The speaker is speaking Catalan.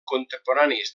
contemporanis